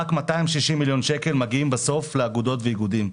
רק 260 מיליון שקל מגיעים בסוף לאגודות ואיגודים.